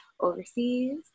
overseas